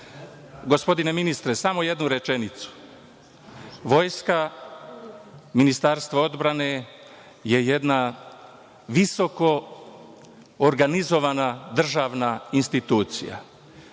Gospodine ministre, samo jednu rečenicu. Vojska Ministarstva odbrane je jedna visoko organizovana državna institucija.